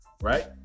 Right